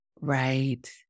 Right